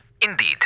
Indeed